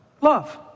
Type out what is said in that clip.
Love